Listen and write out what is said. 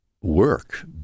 work